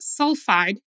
sulfide